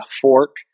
fork